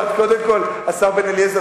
השר בן-אליעזר,